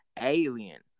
Alien